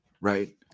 right